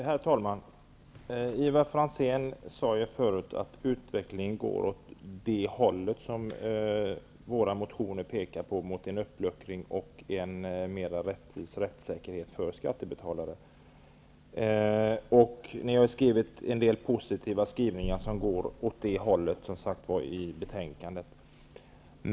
Herr talman! Ivar Franzén sade ju förut att utvecklingen går i den riktning som våra motioner pekar mot -- en uppluckring och en mera rättvis rättssäkerhet för skattebetalare. Ni har ju som sagt en del positiva skrivningar i betänkandet som pekar åt det hållet.